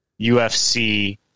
UFC